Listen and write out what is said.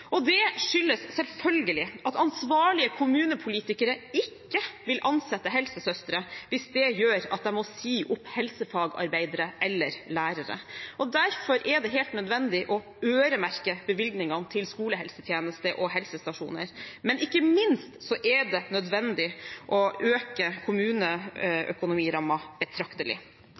Det skyldes selvfølgelig at ansvarlige kommunepolitikere ikke vil ansette helsesøstre hvis det gjør at de må si opp helsefagarbeidere eller lærere. Derfor er det helt nødvendig å øremerke bevilgningene til skolehelsetjeneste og helsestasjoner, men ikke minst er det nødvendig å øke